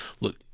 look